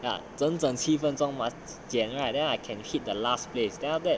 ya 真正七分钟 must 减 right then I can hit the last place then after that